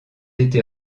été